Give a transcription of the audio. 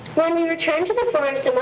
when we returned to the forest